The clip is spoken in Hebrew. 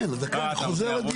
כן, אז דקה, אני חוזר לדיון.